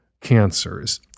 cancers